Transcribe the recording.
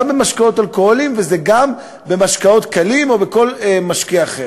זה גם במשקאות אלכוהוליים וזה גם במשקאות קלים ובכל משקה אחר.